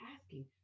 asking